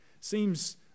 seems